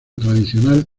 tradicional